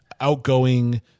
outgoing